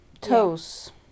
toes